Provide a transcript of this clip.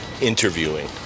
interviewing